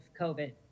COVID